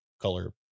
color